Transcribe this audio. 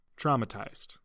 Traumatized